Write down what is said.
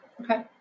okay